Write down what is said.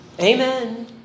Amen